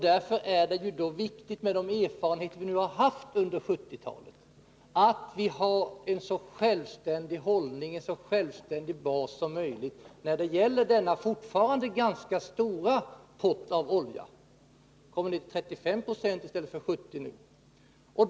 Därför är det viktigt att vi mot bakgrund av de erfarenheter vi gjort under 1970-talet har en så självständig ställning, en så självständig bas som möjligt när det gäller denna fortfarande ganska stora pott olja — vi kommer ned till 35 96 i stället för nuvarande 7020.